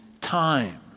time